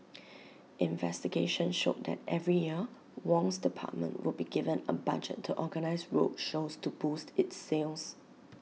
investigation showed that every year Wong's department would be given A budget to organise road shows to boost its sales